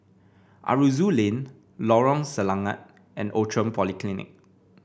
Aroozoo Lane Lorong Selangat and Outram Polyclinic